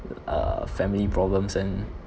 uh family problems and